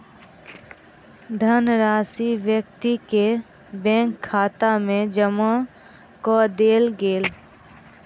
धनराशि व्यक्ति के बैंक खाता में जमा कअ देल गेल